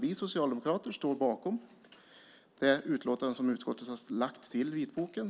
Vi socialdemokrater står bakom det utlåtande som utskottet har lagt till vitboken.